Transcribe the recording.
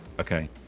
okay